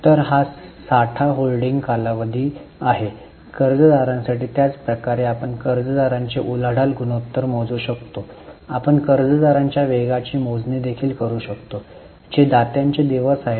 तर हा साठा होल्डिंग कालावधी आहे कर्जदारांसाठी त्याच प्रकारे आपण कर्जदारांची उलाढाल गुणोत्तर मोजू शकतो आपण कर्जदारांच्या वेगाची मोजणी देखील करू शकतो जे दात्यांचे दिवस आहेत